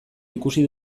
ikusi